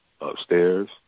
upstairs